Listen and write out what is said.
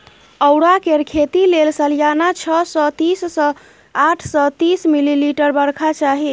औरा केर खेती लेल सलियाना छअ सय तीस सँ आठ सय तीस मिलीमीटर बरखा चाही